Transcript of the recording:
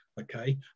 okay